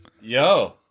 Yo